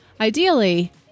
Ideally